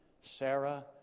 Sarah